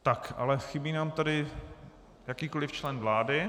Tak ale chybí nám tady jakýkoliv člen vlády.